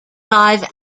live